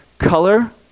Color